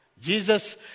Jesus